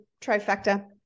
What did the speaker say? trifecta